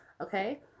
Okay